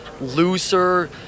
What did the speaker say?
looser